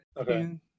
Okay